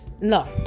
no